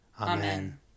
Amen